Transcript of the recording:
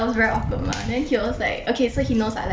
then he was like okay so he knows I like B_L